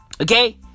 Okay